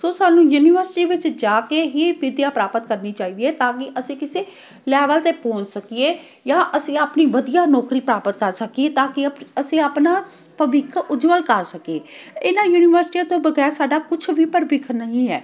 ਸੋ ਸਾਨੂੰ ਯੂਨੀਵਰਸਿਟੀ ਵਿੱਚ ਜਾ ਕੇ ਹੀ ਵਿੱਦਿਆ ਪ੍ਰਾਪਤ ਕਰਨੀ ਚਾਹੀਦੀ ਹੈ ਤਾਂ ਕਿ ਅਸੀਂ ਕਿਸੇ ਲੈਵਲ 'ਤੇ ਪਹੁੰਚ ਸਕੀਏ ਜਾਂ ਅਸੀਂ ਆਪਣੀ ਵਧੀਆ ਨੌਕਰੀ ਪ੍ਰਾਪਤ ਕਰ ਸਕੀਏ ਤਾਂ ਕਿ ਆਪ ਅਸੀਂ ਆਪਣਾ ਸ ਭਵਿੱਖ ਉਜਵੱਲ ਕਰ ਸਕੀਏ ਇਹਨਾਂ ਯੂਨੀਵਰਸਿਟੀਆਂ ਤੋਂ ਵਗੈਰ ਸਾਡਾ ਕੁਛ ਵੀ ਪਰ ਭਵਿੱਖ ਨਹੀਂ ਹੈ